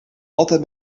altijd